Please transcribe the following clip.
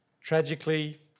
tragically